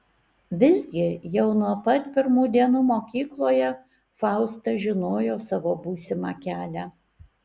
visgi jau nuo pat pirmų dienų mokykloje fausta žinojo savo būsimą kelią